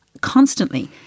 constantly